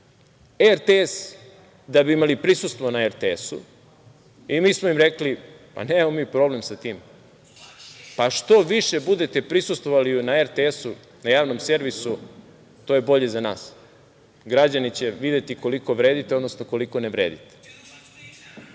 RTS, da bi imali prisustvo na RTS-u. Mi smo im rekli - nemamo mi problem sa tim, što više budete prisustvovali na RTS, na javnom servisu, to je bolje za nas. Građani će videti koliko vredite, odnosno koliko ne vredite. Imao